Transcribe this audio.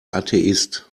atheist